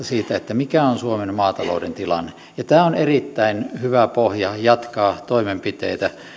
siitä mikä on suomen maatalouden tilanne tämä on erittäin hyvä pohja jatkaa toimenpiteitä